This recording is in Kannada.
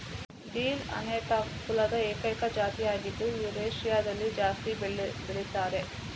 ಡಿಲ್ ಅನೆಥಮ್ ಕುಲದ ಏಕೈಕ ಜಾತಿ ಆಗಿದ್ದು ಯುರೇಷಿಯಾದಲ್ಲಿ ಜಾಸ್ತಿ ಬೆಳೀತಾರೆ